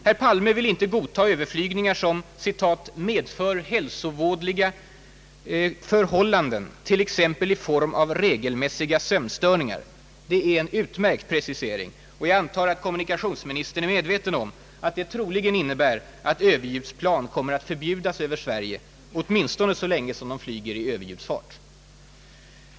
Herr Palme vill inte godtaga överflygningar som »medför hälsovådliga förhållanden t.ex. i form av regelmässiga sömnstörningar». Det är en utmärkt precisering — och jag antar att kommunikationsministern är medveten om att det troligen innebär att överljudsplan kommer att förbjudas över Sverige, åtminstone så länge de flyger i överljudsfart.